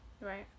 right